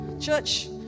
Church